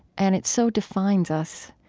and it so defines us,